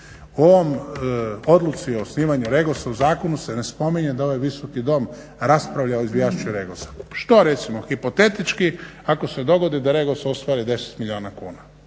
u ovoj odluci o osnivanju REGOS-a u zakonu se ne spominje da ovaj Visoki dom raspravlja o izvješću REGOS-a. Što recimo hipotetički ako se dogodi da REGOS ostvari 10 milijuna kuna,